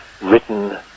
written